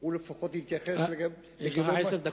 הוא לפחות התייחס, יש לך עד עשר דקות.